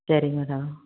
சரி மேடம்